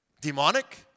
Demonic